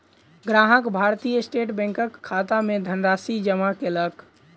ग्राहक भारतीय स्टेट बैंकक खाता मे धनराशि जमा कयलक